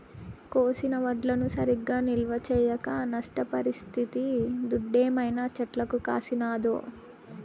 కోసిన వడ్లను సరిగా నిల్వ చేయక నష్టపరిస్తిది దుడ్డేమైనా చెట్లకు కాసినాదో